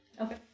Okay